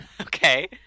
Okay